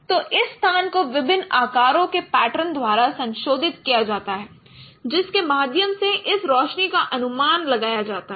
तो इस स्थान को विभिन्न आकारों के पैटर्न द्वारा संशोधित किया जाता है जिसके माध्यम से इस रोशनी का अनुमान लगाया जाता है